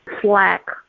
slack